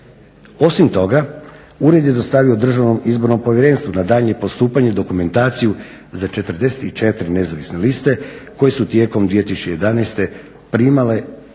Osim toga, ured je dostavio Državnom izbornom povjerenstvu na daljnje postupanje dokumentaciju za 44 nezavisne liste koje su tijekom 2011. primale sredstva